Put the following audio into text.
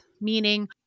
meaning